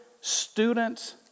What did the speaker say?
students